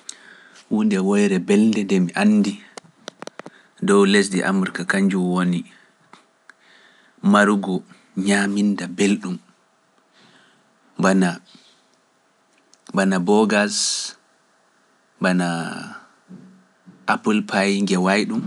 Hunde woyre belnde nde mi anndi dow lesdi Amraka kanjum woni marugo ñaminda belɗum. Bana bano boogaas, bano apple pay nge wayi ɗum.